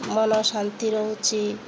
ମନ ଶାନ୍ତି ରହୁଛି